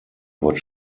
what